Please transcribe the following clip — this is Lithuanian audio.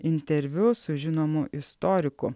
interviu su žinomu istoriku